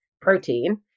protein